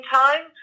time